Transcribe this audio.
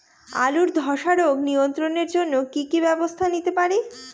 আলুর ধ্বসা রোগ নিয়ন্ত্রণের জন্য কি কি ব্যবস্থা নিতে পারি?